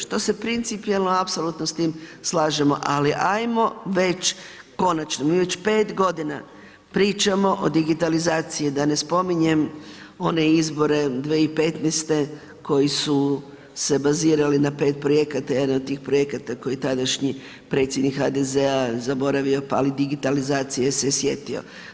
Što se principijelno apsolutno s tim slažemo ali ajmo već konačno, mi već 5 godina pričamo o digitalizaciji, da ne spominjem one izbore 2015. koji su se bazirali na 5 projekata, jedan od tih projekata koje je tadašnji predsjednik HDZ-a zaboravio ali digitalizacije se je sjetio.